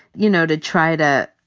you know, to try to